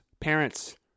parents